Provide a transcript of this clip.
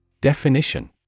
Definition